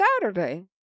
Saturday